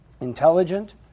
intelligent